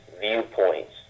viewpoints